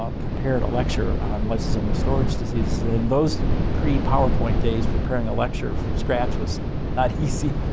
um prepared a lecture on lysosomal storage disease. in those pre-power point days, preparing a lecture from scratch was not easy.